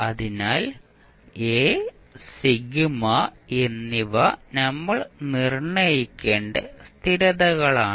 അതിനാൽ Aσ എന്നിവ നമ്മൾ നിർണ്ണയിക്കേണ്ട സ്ഥിരതകളാണ്